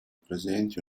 presenti